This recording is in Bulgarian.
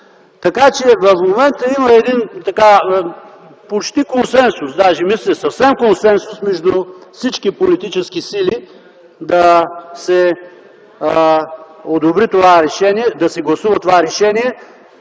Велчев. В момента има един почти консенсус, даже мисля – съвсем консенсус, между всички политически сили да се одобри това решение, да се гласува това решение,